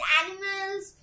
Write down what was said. animals